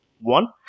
One